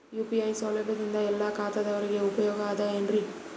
UPI ಸೌಲಭ್ಯದಿಂದ ಎಲ್ಲಾ ಖಾತಾದಾವರಿಗ ಉಪಯೋಗ ಅದ ಏನ್ರಿ?